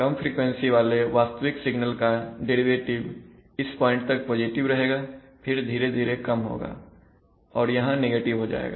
कम frequency वाले वास्तविक signal का डेरिवेटिव इस पॉइंट तक पॉजिटिव रहेगा फिर धीरे धीरे कम होगा और यहां नेगेटिव हो जाएगा